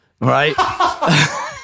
Right